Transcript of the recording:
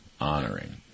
honoring